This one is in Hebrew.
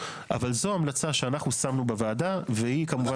אבל זו המלצה שאנחנו שמנו בוועדה והיא כמובן